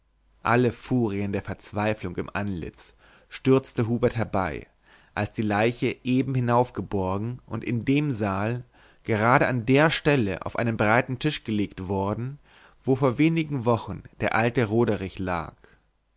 alle furien der verzweiflung im antlitz stürzte hubert herbei als die leiche eben hinaufgeborgen und in dem saal gerade an der stelle auf einen breiten tisch gelegt worden wo vor wenigen wochen der alte roderich lag